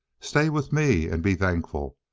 stay with me and be thankful,